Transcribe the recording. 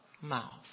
mouth